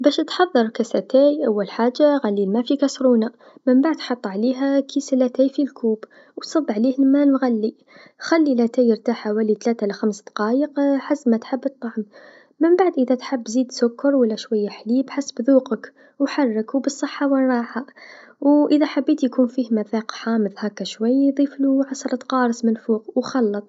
باش تحضر كاس لاتاي أول حاجه غلي الما في الكاسرونه منبعد حط عليها كاس لتاي في الكوب و صب عليه الما مغلي، خلي لاتاي يرتاح حوالي تلاته لخمس دقايق حسب ما تحب الطعم منبعد إذا تحب تزيد شويا سكر و لا شويا حليب حسب ذوقك و حرك و بالصحه و الراحه، و إذا حبيت يكون فيه مذاق حامض هكا شويا ضيفلو عسرت قارص من الفوق و حرك.